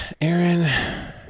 Aaron